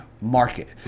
market